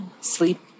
sleep